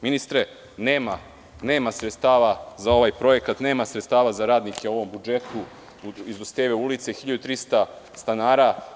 Ministre, nema sredstava za ovaj projekat, nema sredstava za radnike u ovom budžetu, iz Dositejeve ulice, 1.300 stanara.